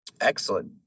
Excellent